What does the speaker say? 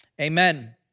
amen